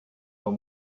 dans